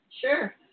Sure